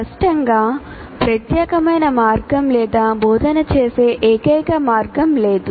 స్పష్టంగా ప్రత్యేకమైన మార్గం లేదా బోధన చేసే ఏకైక మార్గం లేదు